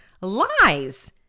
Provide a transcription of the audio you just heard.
lies